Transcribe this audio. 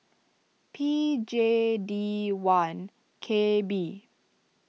P J D one K B